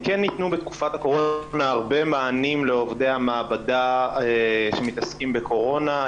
כן ניתנו בתקופת הקורונה הרבה מענים לעובדי המעבדה שמתעסקים בקורונה.